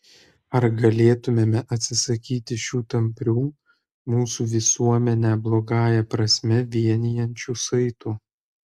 ar galėtumėme atsisakyti šių tamprių mūsų visuomenę blogąją prasme vienijančių saitų